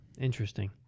Interesting